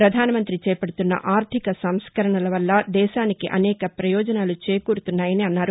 ప్రధానమంతి చేపడుతున్న ఆర్దిక సంస్కరణల వల్ల దేశానికి అనేక ప్రయోజనాలు చేకూరుతున్నాయని పేర్కొన్నారు